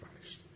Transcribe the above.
Christ